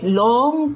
long